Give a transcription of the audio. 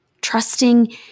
Trusting